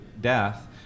death